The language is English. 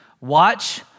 Watch